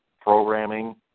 programming